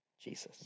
Jesus